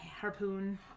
Harpoon